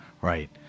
Right